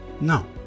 No